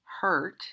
hurt